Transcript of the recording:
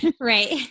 Right